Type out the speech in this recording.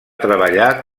treballar